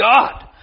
God